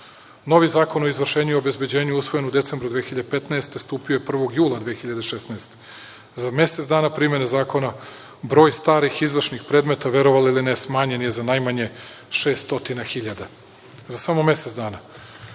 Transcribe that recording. Zakon o izvršenju i obezbeđenju usvojen u decembru 2015. godine stupio je 1. jula 2016. godine. Za mesec dana primene zakona broj starih izvršnih predmeta, verovali ili ne, smanjen je za najmanje 600.000, za samo mesec dana.Među